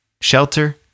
shelter